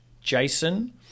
jason